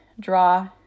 draw